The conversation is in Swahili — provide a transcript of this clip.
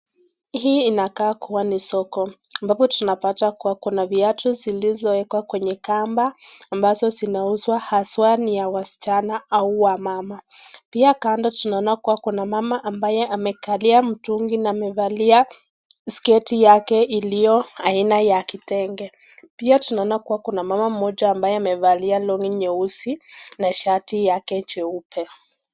Hii inakaa kuwa ni soko, ambapo tunapata kuwa kuna viatu zilizoekwa kwenye kamba ambazo zinauzwa hasa ni ya wasichana au wamama. Pia kando tunaona kuwa kuna mama ambaye amekalia mtungi na amevalia sketi yake iliyo aina ya kitenge. Pia tunaona kuwa kuna mama mmoja ambaye amevalia longi nyeusi na shati yake jeupe.